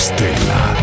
Stella